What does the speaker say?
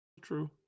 True